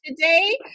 today